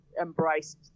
embraced